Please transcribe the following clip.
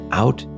out